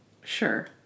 Sure